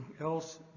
else